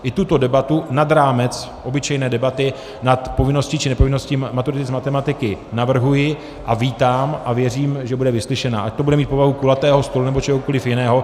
I tuto debatu nad rámec obyčejné debaty nad povinností či nepovinností maturity z matematiky navrhuji, vítám a věřím, že bude vyslyšena, ať to bude mít povahu kulatého stolu, či čehokoliv jiného.